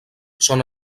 són